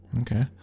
Okay